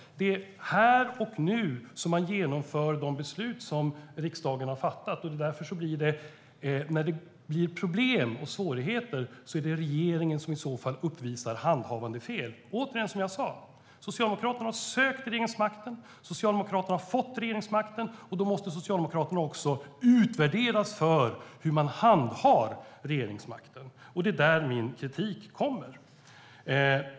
Det är här och nu som man genomför de beslut som riksdagen har fattat. När det blir problem och svårigheter är det regeringen som uppvisar handhavandefel. Det är återigen som jag sa. Socialdemokraterna har sökt regeringsmakten. Socialdemokraterna har fått regeringsmakten. Då måste Socialdemokraterna också utvärderas för hur man handhar regeringsmakten. Det är där min kritik kommer.